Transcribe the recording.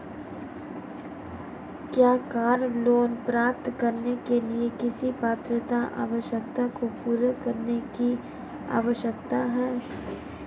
क्या car loan प्राप्त करने के लिए किसी पात्रता आवश्यकता को पूरा करने की आवश्यकता है?